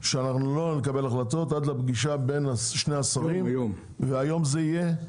שאנחנו לא נקבל החלטות עד לפגישה בין שני השרים שתהיה היום.